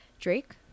Drake